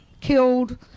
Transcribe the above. killed